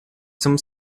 zum